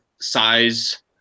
size